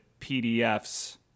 PDFs